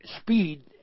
speed